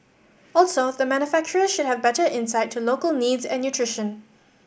also the manufacturers should have better insight to local needs and nutrition